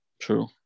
True